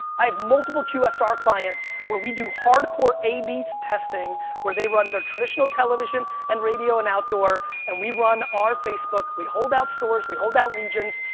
i have multiple qsr clients where we do hardcore a bs testing where they run their traditional television and radio and outdoor and we run our facebook. we hold out stores, we hold out regions,